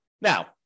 Now